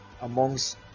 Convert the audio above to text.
amongst